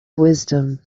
wisdom